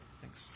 Thanks